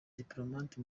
diplomate